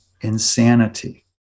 insanity